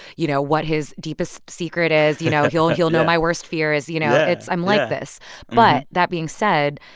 you know, what his deepest secret is. you know, he'll he'll know my worst fears. you know, it's i'm like this but that being said,